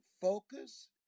focus